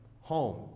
home